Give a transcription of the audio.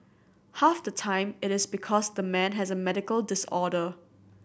half the time it is because the man has a medical disorder